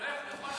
למה הוא פה?